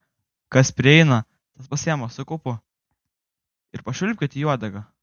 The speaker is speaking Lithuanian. kas prieina tas pasiima su kaupu ir pašvilpkit į uodegą